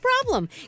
problem